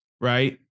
right